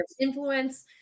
influence